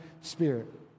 spirit